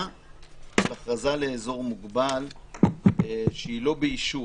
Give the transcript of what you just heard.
להכרזה על אזור מוגבל שהיא לא באישור.